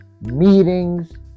meetings